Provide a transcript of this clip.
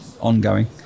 ongoing